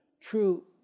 true